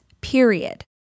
period